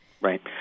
Right